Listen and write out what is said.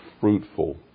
fruitful